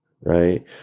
right